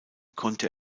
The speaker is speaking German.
konnte